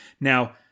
Now